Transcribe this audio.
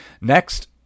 Next